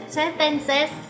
sentences